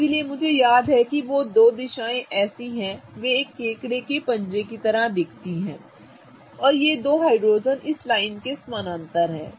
इसलिए मुझे याद है कि वे दो दिशाएँ ऐसी हैं कि वे एक केकड़े के पंजे की तरह दिखते हैं और ये दो हाइड्रोजेन इस लाइन के समानांतर हैं